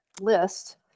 List